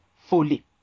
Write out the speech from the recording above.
fully